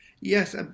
Yes